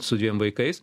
su dviem vaikais